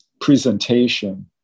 presentation